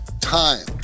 time